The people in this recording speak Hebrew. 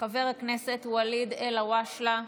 חבר הכנסת ואליד אלהואשלה,